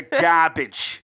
garbage